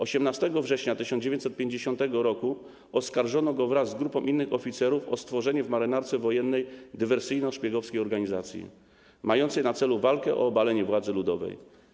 18 września 1950 r. oskarżono go wraz z grupą innych oficerów o stworzenie w Marynarce Wojennej dywersyjno-szpiegowskiej organizacji mającej na celu walkę o obalenie władzy ludowej.